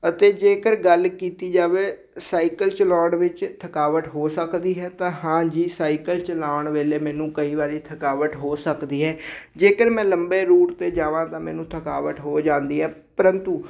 ਅਤੇ ਜੇਕਰ ਗੱਲ ਕੀਤੀ ਜਾਵੇ ਸਾਈਕਲ ਚਲਾਉਣ ਵਿੱਚ ਥਕਾਵਟ ਹੋ ਸਕਦੀ ਹੈ ਤਾਂ ਹਾਂ ਜੀ ਸਾਈਕਲ ਚਲਾਉਣ ਵੇਲੇ ਮੈਨੂੰ ਕਈ ਵਾਰੀ ਥਕਾਵਟ ਹੋ ਸਕਦੀ ਹੈ ਜੇਕਰ ਮੈਂ ਲੰਬੇ ਰੂਟ 'ਤੇ ਜਾਵਾਂਗਾ ਮੈਨੂੰ ਥਕਾਵਟ ਹੋ ਜਾਂਦੀ ਹੈ ਪਰੰਤੂ